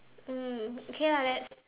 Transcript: mm okay lah that